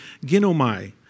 ginomai